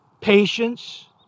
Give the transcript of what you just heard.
patience